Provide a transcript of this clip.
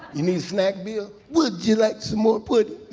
you need a snack, bill? would you like some more pudding?